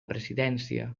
presidència